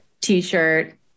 t-shirt